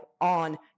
on